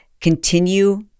continue